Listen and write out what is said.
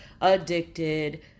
addicted